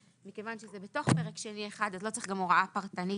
מכיוון שזה בתוך פרק שני1 אז לא צריך גם הוראה פרטנית